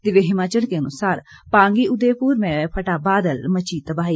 दिव्य हिमाचल के अनुसार पांगी उदयपुर में फटा बादल मची तबाही